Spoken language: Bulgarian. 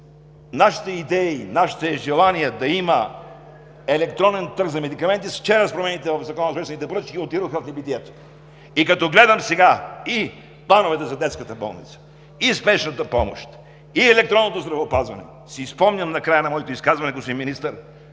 нашите идеи, нашите желания да има електронен търг за медикаменти, вчера с промените в Закона за обществените поръчки отидоха в небитието. Като гледам сега и плановете за детската болница, и спешната помощ, и електронното здравеопазване, си спомням на края на моето изказване, господин Министър,